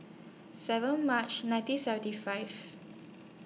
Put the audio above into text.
seven March nineteen seventy five